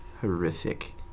horrific